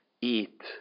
eat